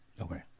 Okay